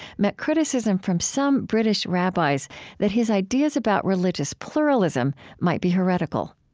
met criticism from some british rabbis that his ideas about religious pluralism might be heretical